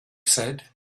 said